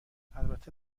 البته